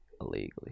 illegally